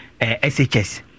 SHS